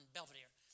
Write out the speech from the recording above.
Belvedere